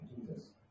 Jesus